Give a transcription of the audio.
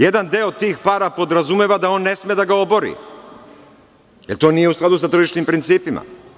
Jedan deo tih para podrazumeva da on ne sme da ga obori, jer to nije u skladu sa tržišnim principima.